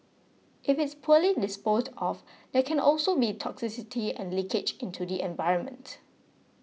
if it's poorly disposed of there can also be toxicity and leakage into the environment